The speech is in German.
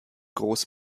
groß